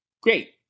Great